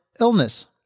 illness